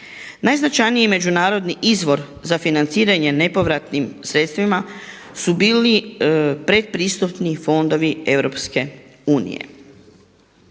Najznačajniji međunarodni izvor za financiranje nepovratnim sredstvima su bili predpristupni fondovi EU.